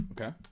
Okay